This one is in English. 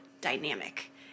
dynamic